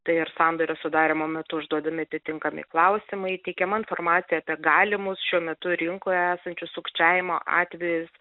tai ir sandorio sudarymo metu užduodami atitinkami klausimai teikiama informacija apie galimus šiuo metu rinkoje esančius sukčiavimo atvejus